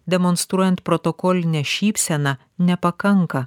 demonstruojant protokolinę šypseną nepakanka